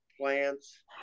Plants